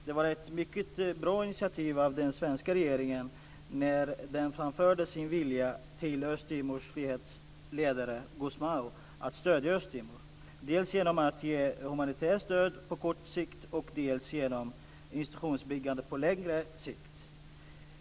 Det var ett mycket bra initiativ när den svenska regeringen framförde till Östtimors frihetsledare Gusmão sin vilja att stödja Östtimor dels genom humanitärt stöd på kort sikt, dels genom stöd till institutionsbyggande på längre sikt.